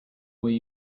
will